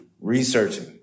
researching